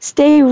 Stay